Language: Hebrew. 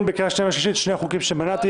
בקריאה שנייה ושלישית של שני החוקים שמניתי?